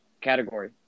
category